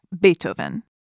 Beethoven